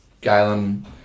Galen